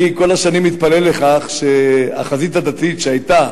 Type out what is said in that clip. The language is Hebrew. אני כל השנים מתפלל לכך שהחזית הדתית שהיתה